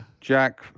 Jack